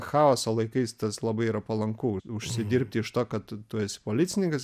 chaoso laikais tas labai yra palanku užsidirbti iš to kad tu esi policininkas